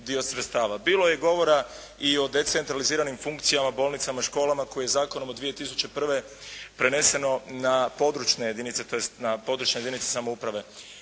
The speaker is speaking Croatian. Bilo je i govora o decentraliziranim funkcijama bolnicama, školama koji zakonom od 2001. preneseno na područne jedinice, tj.